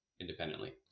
independently